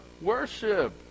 worship